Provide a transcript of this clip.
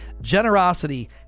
Generosity